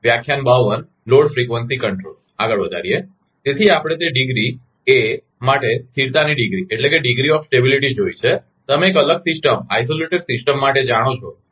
તેથી આપણે તે ડિગ્રી એ માટે સ્થિરતાની ડિગ્રીડિગ્રી ઓફ સ્ટેબીલીટી જોઇ છે તમે એક અલગ સિસ્ટમઆઇસોલેટેડ સિસ્ટમ માટે જાણો છો